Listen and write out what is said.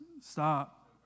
Stop